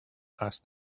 asked